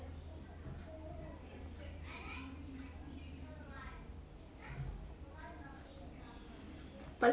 but